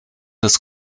des